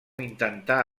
intentà